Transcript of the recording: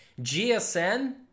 GSN